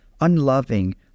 unloving